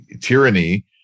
Tyranny